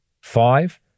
Five